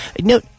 No